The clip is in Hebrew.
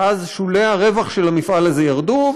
ואז שולי הרווח של המפעל הזה ירדו,